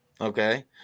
Okay